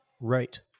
Right